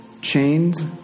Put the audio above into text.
Chains